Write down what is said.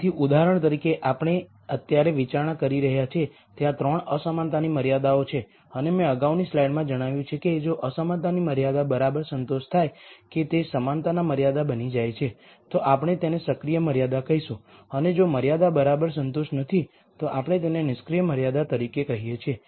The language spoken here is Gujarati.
તેથી ઉદાહરણ તરીકે કે આપણે અત્યારે વિચારણા કરી રહ્યા છીએ ત્યાં 3 અસમાનતાની મર્યાદાઓ છે અને મેં અગાઉની સ્લાઇડમાં જણાવ્યું છે કે જો અસમાનતાની મર્યાદા બરાબર સંતોષ થાય કે તે સમાનતાના મર્યાદા બની જાય છે તો આપણે તેને સક્રિય મર્યાદા કહીશું અને જો મર્યાદા બરાબર સંતુષ્ટ નથી તો આપણે તેને નિષ્ક્રિય મર્યાદા તરીકે કહીએ છીએ